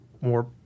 more